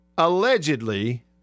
allegedly